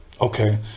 okay